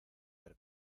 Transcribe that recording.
ver